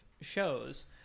shows